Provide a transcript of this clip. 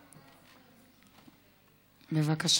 בבקשה.